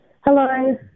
Hello